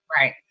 Right